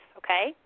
okay